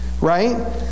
right